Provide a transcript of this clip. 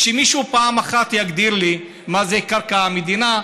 שמישהו פעם אחת יגדיר לי מה זה קרקע מדינה,